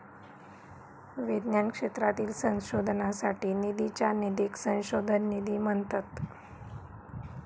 विज्ञान क्षेत्रातील संशोधनासाठी निधीच्या निधीक संशोधन निधी म्हणतत